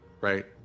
right